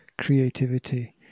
creativity